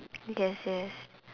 yes yes